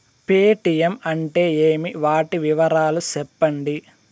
Paytm అంటే ఏమి, వాటి వివరాలు సెప్పండి?